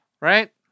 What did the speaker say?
Right